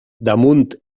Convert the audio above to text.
damunt